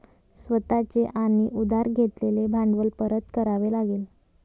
स्वतः चे आणि उधार घेतलेले भांडवल परत करावे लागेल